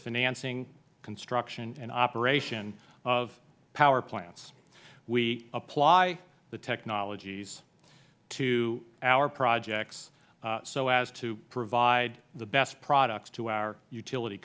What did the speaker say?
financing construction and operation of power plants we apply the technologies to our projects so as to provide the best products to our utility